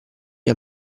gli